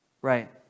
Right